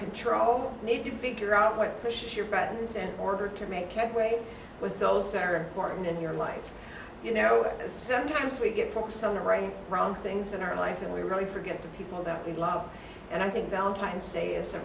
control need to figure out what pushed your buttons and order to make headway with those sarah burton in your life you know sometimes we get focused on the right and wrong things in our life and we really forget the people that we love and i think valentine's day is a